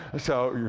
so,